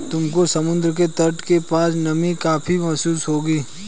तुमको समुद्र के तट के पास नमी काफी महसूस होगी